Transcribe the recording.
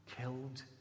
killed